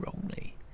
wrongly